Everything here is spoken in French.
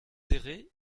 céré